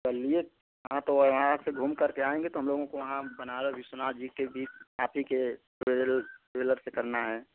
चलिए हाँ तो बनारस से घूम करके आएँगे तो हम लोगों को वहाँ बनारस विश्वनाथ जी के भी आप ही के ट्रेवल ट्रेवलर्स से करना है